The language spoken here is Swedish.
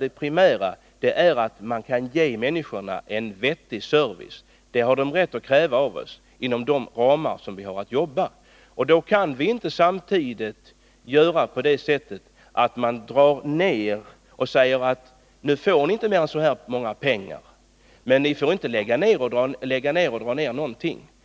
Det primära är att man kan ge människorna en vettig service — det har de rätt att kräva av oss — inom de ramar som vi har att jobba med. Man kan inte minska anslagen och samtidigt säga: Ni får inte dra ner på någonting i fråga om verksamheten!